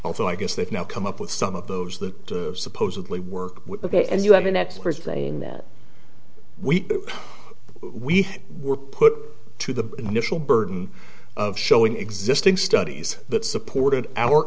although i guess they've now come up with some of those that supposedly work ok and you have an expert playing that we we were put to the initial burden of showing existing studies that supported our